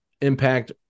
impact